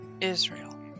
Israel